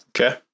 okay